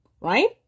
right